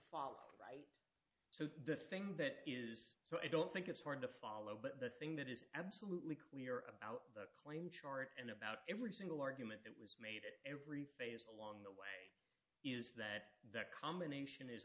follow right so the thing that is so i don't think it's hard to follow but the thing that is absolutely clear about the claim chart and about every single argument that was made at every phase along the way is that that combination is